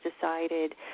decided